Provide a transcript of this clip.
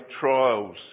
trials